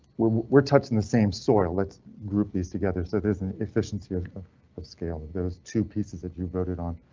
we're we're touching the same soil. let's group these together. so there's an efficiency of of scale. there was two pieces that you voted on.